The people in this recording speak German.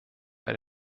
bei